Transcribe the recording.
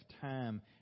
time